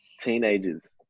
teenagers